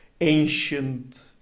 ancient